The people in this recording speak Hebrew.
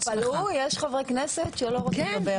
תתפלאו, יש חברי כנסת שלא רוצים לדבר.